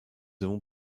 avons